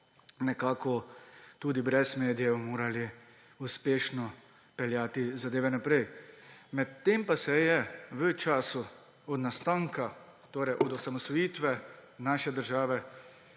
nekako tudi brez medijev morali uspešno peljati zadeve naprej. Medtem pa se je v času od nastanka, torej od osamosvojitve naše države,